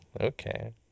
okay